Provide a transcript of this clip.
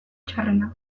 txarrena